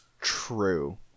true